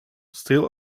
still